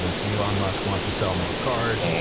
yeah cause elon musk wants to sell more cars.